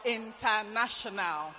international